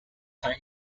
tiny